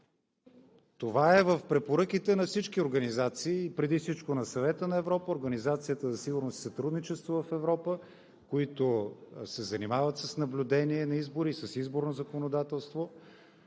Това е в препоръките на всички организации – преди всичко на Съвета на Европа, Организацията за сигурност и сътрудничество в Европа, които се занимават с наблюдение на избори и с изборно законодателство.